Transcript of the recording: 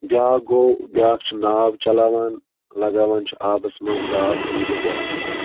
بیٛاکھ گوٚو بیٛاکھ چھُ ناو چَلاوان لَگاوان چھُ آبَس منٛز زال تہٕ یہِ گوٚو بیٛاکھ طٔریٖقہٕ